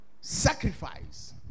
Sacrifice